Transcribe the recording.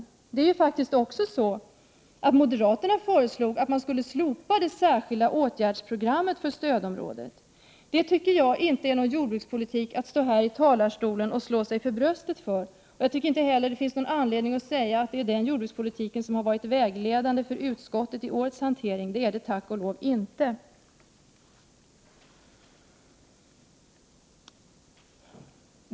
Moderaterna föreslog faktiskt också att man skulle slopa det särskilda åtgärdsprogrammet för stödområdet. Det tycker jag inte är en sådan jordbrukspolitik att man kan stå här i talarstolen och slå sig för bröstet. Jag tycker inte heller att det finns någon anledning att säga att det är den jordbrukspolitiken som har varit vägledande för utskottet i årets hantering. Det har den tack och lov inte varit.